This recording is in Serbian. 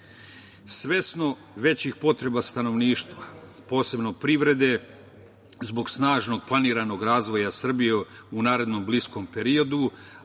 EPS.Svesno većih potreba stanovništva, posebno privrede zbog snažnog planiranog razvoja Srbije u narednom bliskom periodu,